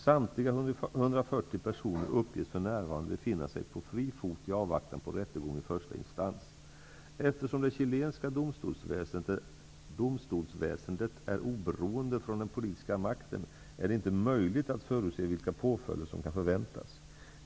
Samtliga 140 personer uppges för närvarande befinna sig på fri fot i avvaktan på rättegång i första instans. Eftersom det chilenska domstolsväsendet är oberoende från den politiska makten, är det inte möjligt att förutse vilka påföljder som kan förväntas.